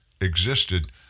existed